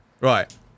Right